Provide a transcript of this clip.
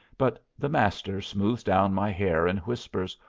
but the master smooths down my hair and whispers,